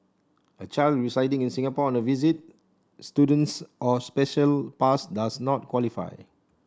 a child residing in Singapore on a visit student's or special pass does not qualify